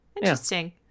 interesting